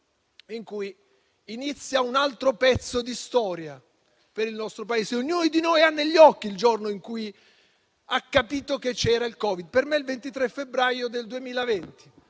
in cui inizia un altro pezzo di storia per il nostro Paese: ognuno di noi ha negli occhi il giorno in cui ha capito che c'era il Covid e per me è il 23 febbraio del 2020,